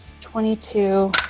twenty-two